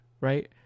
right